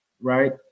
right